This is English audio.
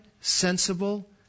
sensible